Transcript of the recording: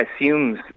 assumes